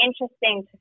interesting